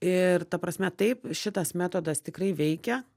ir ta prasme taip šitas metodas tikrai veikia